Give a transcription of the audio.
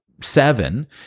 seven